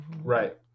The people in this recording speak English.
right